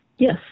Yes